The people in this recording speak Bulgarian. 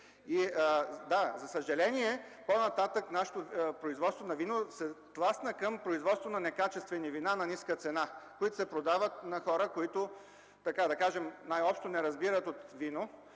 Да, за съжаление по-нататък производството ни на вино се тласна към производство на некачествени вина на ниска цена, които се продават на хора, които, да кажем най-общо, не разбират от вино,